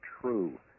true